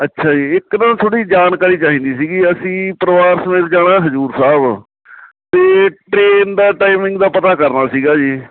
ਅੱਛਾ ਜੀ ਇੱਕ ਨਾ ਥੋੜ੍ਹੀ ਜਾਣਕਾਰੀ ਚਾਹੀਦੀ ਸੀਗੀ ਅਸੀਂ ਪਰਿਵਾਰ ਸਮੇਤ ਜਾਣਾ ਹਜ਼ੂਰ ਸਾਹਿਬ ਅਤੇ ਟਰੇਨ ਦਾ ਟਾਈਮਿੰਗ ਦਾ ਪਤਾ ਕਰਨਾ ਸੀਗਾ ਜੀ